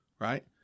right